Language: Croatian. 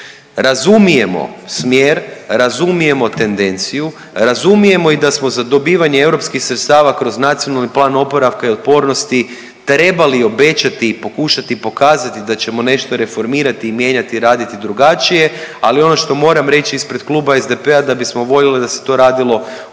Razumijemo smjer, razumijemo tendenciju, razumijemo i da smo za dobivanje europskih sredstava kroz Nacionalni plan oporavka i otpornosti trebali obećati i pokušati pokazati da ćemo nešto reformirati i mijenjati, raditi drugačije, ali ono što moram reći ispred Kluba SDP-a da bismo voljeli da se to radilo u jednom